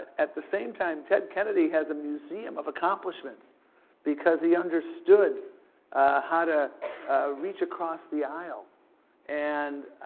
at the same time, ted kennedy has a museum of accomplishments because he understood how to reach across the aisle and,